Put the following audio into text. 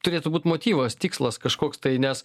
turėtų būt motyvas tikslas kažkoks tai nes